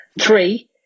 Three